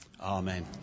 Amen